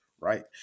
right